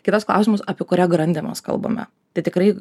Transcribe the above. kitas klausimas apie kurią grandį mes kalbame tai tikrai